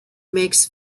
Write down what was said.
makes